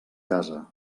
casa